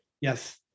Yes